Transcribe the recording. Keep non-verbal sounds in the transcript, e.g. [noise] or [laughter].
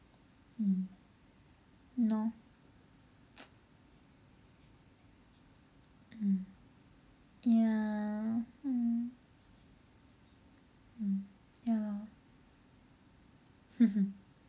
mm !hannor! mm ya mm ya [laughs]